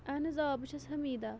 اہن حظ آ بہٕ چھَس حمیٖدہ